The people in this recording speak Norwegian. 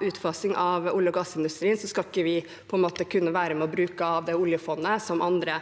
utfasing av olje- og gassindustrien, skal vi ikke kunne være med og bruke av oljefondet, som andre